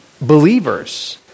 believers